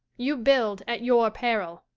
you build at your peril.